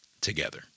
together